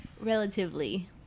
relatively